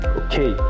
okay